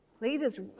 leaders